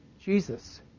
Jesus